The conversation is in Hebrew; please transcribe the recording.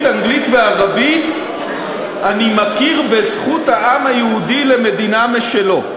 אנגלית וערבית: אני מכיר בזכות העם היהודי למדינה משלו.